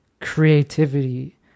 creativity